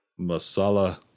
Masala